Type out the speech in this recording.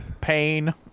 pain